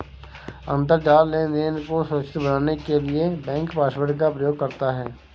अंतरजाल लेनदेन को सुरक्षित बनाने के लिए बैंक पासवर्ड का प्रयोग करता है